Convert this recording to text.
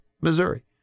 Missouri